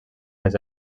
les